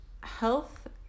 health